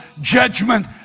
judgment